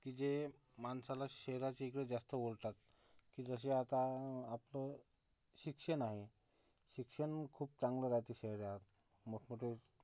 की जे माणसाला शहराच्या इकडे जास्त ओढतात की जसे आता आपलं शिक्षण आहे शिक्षण खूप चांगलं राहतं शहरात मोठमोठे